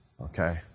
Okay